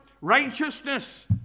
Righteousness